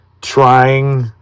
trying